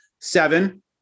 seven